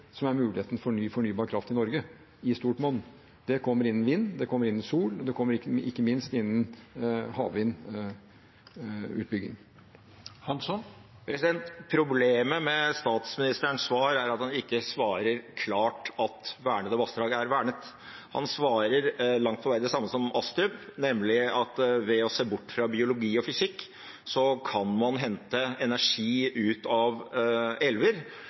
som i stort monn er muligheten for ny fornybar kraft i Norge – den kommer innen vind, den kommer innen sol, og den kommer ikke minst innen havvindutbygging. Problemet med statsministerens svar er at han ikke svarer klart at vernede vassdrag er vernet. Han svarer langt på vei det samme som representanten Astrup, nemlig at ved å se bort fra biologi og fysikk kan man hente energi ut av elver